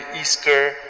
Easter